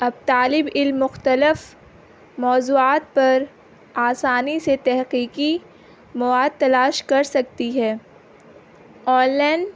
اب طالب علم مختلف موضوعات پر آسانی سے تحقیقی مواد تلاش کر سکتی ہے آن لائن